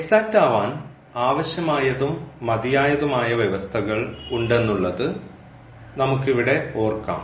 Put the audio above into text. exact ആവാൻ ആവശ്യമായതും മതിയായതുമായ വ്യവസ്ഥകൾ ഉണ്ടെന്നുള്ളത് നമുക്കിവിടെ ഓർക്കാം